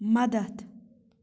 مدتھ